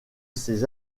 ces